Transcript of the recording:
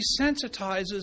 desensitizes